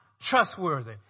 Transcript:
trustworthy